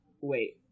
wait